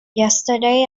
yesterday